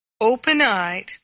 open-eyed